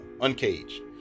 Uncaged